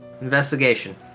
Investigation